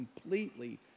completely